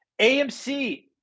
AMC